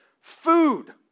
food